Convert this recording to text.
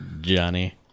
Johnny